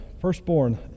firstborn